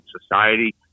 society